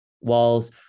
Walls